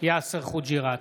יאסר חוג'יראת,